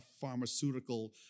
pharmaceutical